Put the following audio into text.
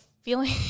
feeling